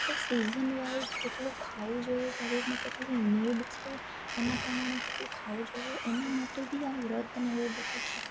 કે season wise કેટલું ખાવું જોઈએ શરીરને કેટલી નીડ છે એના પ્રમાણે કેટલું ખાવું જ એના માટે ભી આ વ્રતને એવું બધું છે